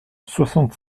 soixante